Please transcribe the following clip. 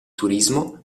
turismo